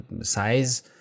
size